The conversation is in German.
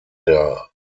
der